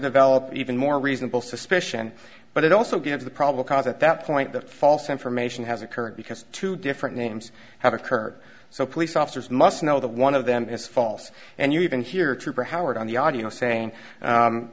develop even more reasonable suspicion but it also gives the probable cause at that point that false information has occurred because two different names have occurred so police officers must know that one of them is false and you even hear trooper howard on the audio saying